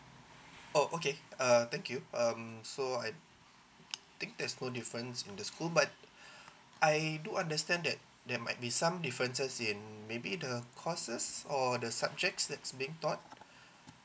oh okay err thank you um so I think there's no difference in the school but I do understand that there might be some differences in maybe the courses or the subjects that's being taught